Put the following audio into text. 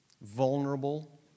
vulnerable